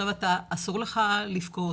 אסור לך לבכות,